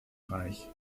reich